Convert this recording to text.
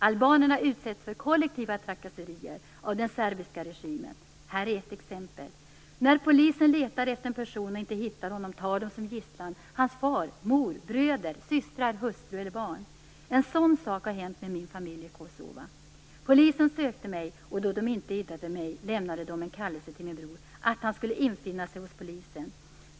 Albanerna utsätts för kollektiva trakasserier av den serbiska regimen. Här är ett exempel: när polisen letar efter en person och inte hittar honom tar de som gisslan hans far, mor, bröder, systrar, hustru eller barn. En sådan sak har hänt med min familj i Kosova. Polisen sökte mig, och då de inte hittade mig lämnade de en kallelse till min bror att han skulle infinna sig hos polisen.